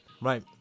Right